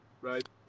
right